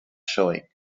showing